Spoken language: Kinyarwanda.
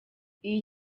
iyi